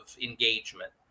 engagement